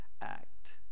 act